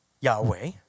Yahweh